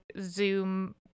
Zoom